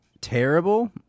terrible